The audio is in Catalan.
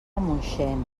moixent